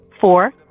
Four